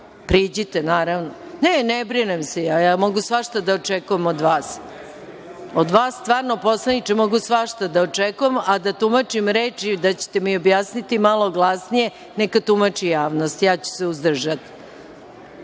kaznite?)Priđite, naravno. Ne brinem se ja, mogu svašta da očekujem od vas. Od vas stvarno poslaniče, mogu svašta da očekujem, a da tumačim reči da ćete mi objasniti malo glasnije, neka tumači javnost. Ja ću se uzdržati. Ali